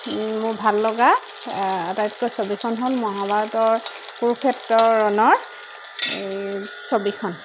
মোৰ ভাললগা আটাইতকৈ ছবিখন হ'ল মহাভাৰতৰ কুৰুক্ষেত্ৰৰ ৰণৰ এই ছবিখন